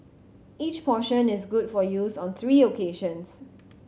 each portion is good for use on three occasions